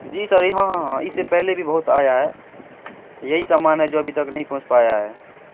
جی sir ہاں ہاں ہاں اس سے پہلے بھی بہت آیا ہے یہی سامان ہے جو ابھی تک نہیں پہنچ پایا ہے